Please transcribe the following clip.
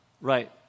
Right